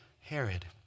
Herod